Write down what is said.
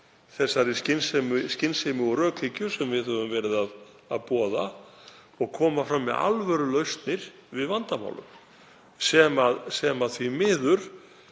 þeirri skynsemi og rökhyggju sem við höfum verið að boða og komið fram með alvörulausnir við vandamálum, sem er því miður